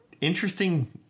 interesting